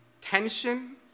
tension